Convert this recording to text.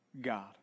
God